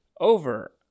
over